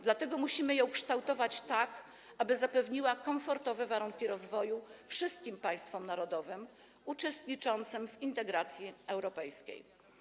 Dlatego musimy ją kształtować, tak aby zapewniała komfortowe warunki rozwoju wszystkim państwom narodowym uczestniczącym w integracji europejskiej.